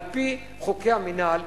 על-פי חוקי המינהל,